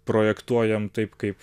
projektuojam taip kaip